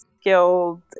skilled